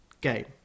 Game